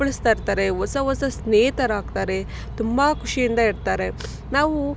ಕುಪ್ಪಳ್ಸ್ತಾ ಇರ್ತಾರೆ ಹೊಸ ಹೊಸ ಸ್ನೇಹಿತರಾಗ್ತಾರೆ ತುಂಬ ಖುಷಿಯಿಂದ ಇರ್ತಾರೆ ನಾವು